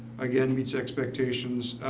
again, meets expectations.